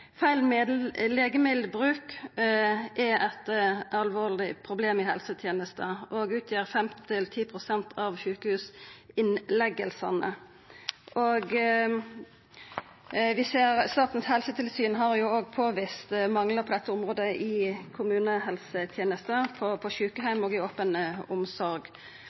Feil legemiddelbruk er eit alvorleg problem i helsetenesta og utgjer 5–10 pst. av sjukehusinnleggingane. Statens helsetilsyn har òg påvist manglar på dette området i kommunehelsetenesta, på sjukeheimar og i open omsorg.